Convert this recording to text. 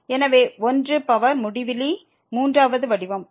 எனவே 1 பவர் முடிவிலி 3 வது வடிவம்